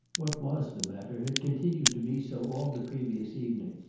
what was the matter had continued to be so all the previous evening,